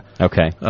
Okay